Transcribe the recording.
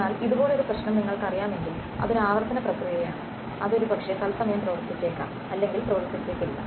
എന്നാൽ ഇതുപോലൊരു പ്രശ്നം നിങ്ങൾക്കറിയാമെങ്കിൽ അത് ഒരു ആവർത്തന പ്രക്രിയയാണ് അത് ഒരു പക്ഷെ തത്സമയം പ്രവർത്തിച്ചേക്കാം അല്ലെങ്കിൽ പ്രവർത്തിച്ചേക്കില്ല